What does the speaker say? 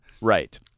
Right